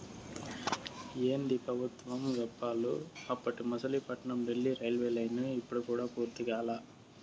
ఏందీ పెబుత్వం గప్పాలు, అప్పటి మసిలీపట్నం డీల్లీ రైల్వేలైను ఇప్పుడు కూడా పూర్తి కాలా